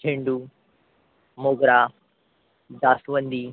झेंडू मोगरा जास्वंदी